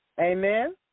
Amen